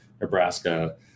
Nebraska